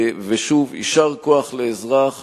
ושוב: יישר כוח לאזרח